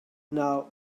now